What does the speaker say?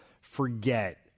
forget